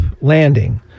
landing